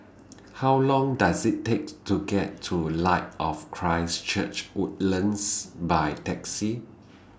How Long Does IT takes to get to Light of Christ Church Woodlands By Taxi